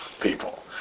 people